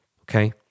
okay